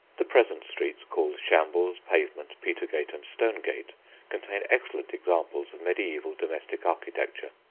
the present streets called shambles, pavement, petergate and stonegate, contain excellent examples of mediaeval domestic architecture.